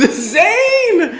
ah zayn!